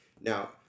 Now